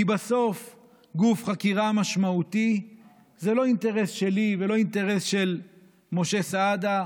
כי בסוף גוף חקירה משמעותי זה לא אינטרס שלי ולא אינטרס של משה סעדה,